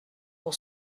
pour